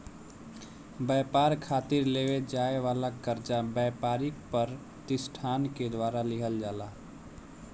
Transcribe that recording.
ब्यपार खातिर लेवे जाए वाला कर्जा ब्यपारिक पर तिसठान के द्वारा लिहल जाला